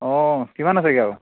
অঁ কিমান আছেগৈ আৰু